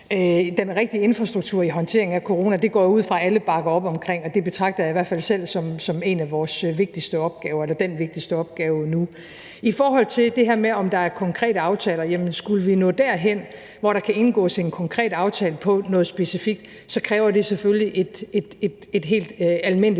den rigtige infrastruktur i håndteringen af corona, går jeg ud fra at alle bakker op om. Det betragter jeg i hvert fald selv som en af vores vigtigste opgaver – eller den vigtigste opgave nu. I forhold til det her med, om der er konkrete aftaler: Skulle vi nå derhen, hvor der kan indgås en konkret aftale om noget specifikt, kræver det selvfølgelig et helt almindeligt